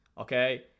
okay